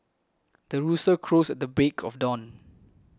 the rooster crows the break of dawn